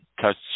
touch